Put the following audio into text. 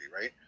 right